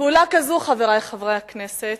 פעולה כזו, חברי חברי הכנסת,